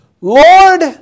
Lord